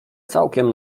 całkiem